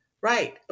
Right